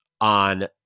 on